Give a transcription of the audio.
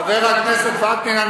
חבר הכנסת וקנין,